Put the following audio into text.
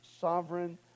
sovereign